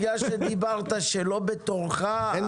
בגלל שדיברת שלא בתורך,